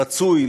רצוי,